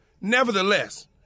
Nevertheless